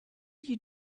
you